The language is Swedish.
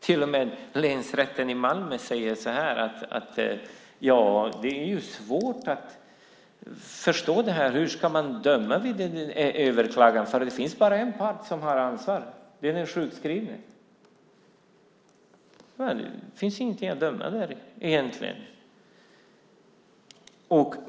Till och med länsrätten i Malmö säger att det är svårt att förstå det här. Man vet inte hur man ska döma vid en överklagan, för det finns bara en part som har ansvar. Det är den sjukskrivne. Det finns egentligen ingen möjlighet att döma där.